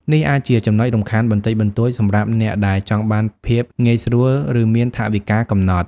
នេះអាចជាចំណុចរំខានបន្តិចបន្តួចសម្រាប់អ្នកដែលចង់បានភាពងាយស្រួល ឬមានថវិកាកំណត់។